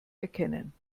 erkennen